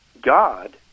God